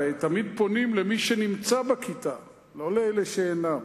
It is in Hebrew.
הרי תמיד פונים למי שנמצא בכיתה, לא לאלה שאינם.